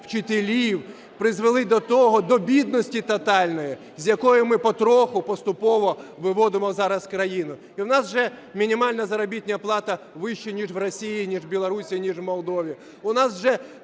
вчителів, призвели до бідності тотальної, з якої ми потроху поступово виводимо зараз країну. І в нас вже мінімальна заробітна плата вища, ніж в Росії, ніж в Білорусі, ніж в Молдові. У нас вже